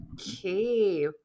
Okay